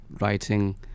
writing